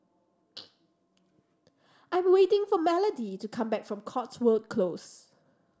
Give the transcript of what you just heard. I'm waiting for Melodee to come back from Cotswold Close